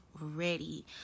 ready